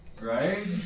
right